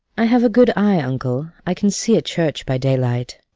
i have a good eye, uncle i can see a church by daylight.